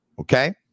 okay